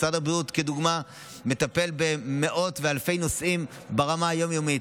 משרד הבריאות כדוגמה מטפל במאות ובאלפי נושאים ברמה היום-יומית,